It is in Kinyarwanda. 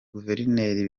guverineri